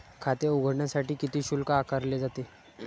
खाते उघडण्यासाठी किती शुल्क आकारले जाते?